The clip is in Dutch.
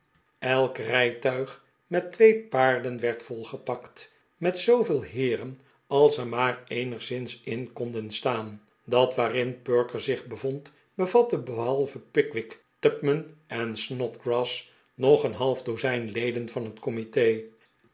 elk rijtuig met twee paarden werd volgepakt met zooveel heeren als er maar eenigszins in konden staan dat waarin perker zich bevond bevatte behalve pickwick tupman en snodgrass nog een half do zijn leden van het comite